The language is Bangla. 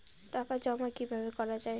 টাকা জমা কিভাবে করা য়ায়?